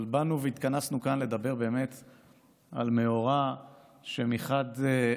אבל התכנסנו כאן לדבר על מאורע שמחד גיסא,